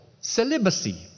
celibacy